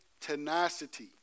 tenacity